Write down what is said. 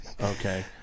Okay